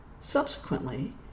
Subsequently